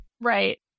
Right